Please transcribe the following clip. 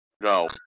No